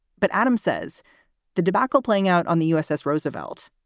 but adam says the debacle playing out on the uss roosevelt,